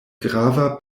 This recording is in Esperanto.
grava